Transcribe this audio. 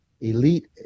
elite